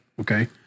Okay